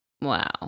Wow